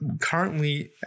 currently